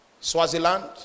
Swaziland